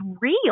real